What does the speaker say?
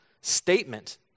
statement